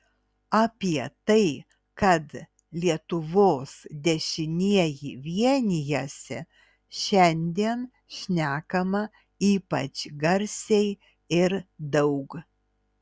apie tai kad lietuvos dešinieji vienijasi šiandien šnekama ypač garsiai ir daug